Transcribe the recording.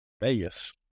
Vegas